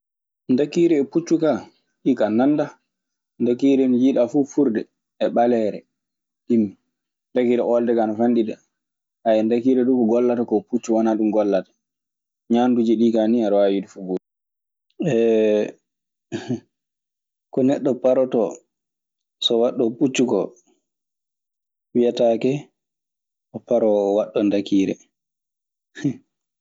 Ndakiire e puccu kaa, ɗii ka nandaa ndakiire, nde njiinda fuu furde e ɓalleere timmii. Ndakiire oolde ka ana fanɗi, ndakiire duu ko gollatakoo wanaa ɗum puccu gollata. Ñanduuji ɗii kaa aɗa waawi wiide fuu gootun. Ko neɗɗo parotoo so waɗɗoo puccu koo, wiyetaake o paroo o waɗɗoo ndakiire.